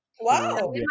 Wow